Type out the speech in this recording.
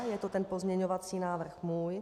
Je to pozměňovací návrh můj.